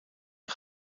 een